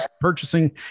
purchasing